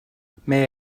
may